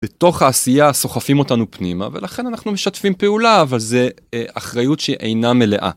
בתוך העשייה סוחפים אותנו פנימה ולכן אנחנו משתפים פעולה אבל זה אחריות שאינה מלאה.